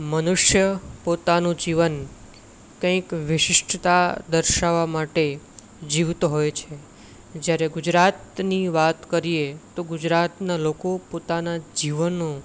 મનુષ્ય પોતાનું જીવન કંઈક વિશિષ્ટતા દર્શાવવા માટે જીવતો હોય છે જ્યારે ગુજરાતની વાત કરીએ તો ગુજરાતનાં લોકો પોતાનાં જીવનો